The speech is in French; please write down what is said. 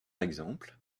exemple